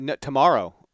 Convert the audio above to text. Tomorrow